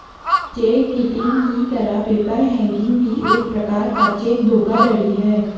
check kiting की तरह paper hanging भी एक प्रकार का चेक धोखाधड़ी है